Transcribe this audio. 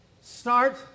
Start